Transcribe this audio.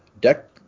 deck